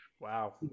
Wow